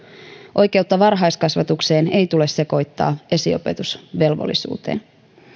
oikeutta varhaiskasvatukseen ei tule sekoittaa esiopetusvelvollisuuteen